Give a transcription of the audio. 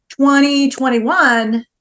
2021